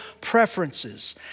preferences